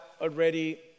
already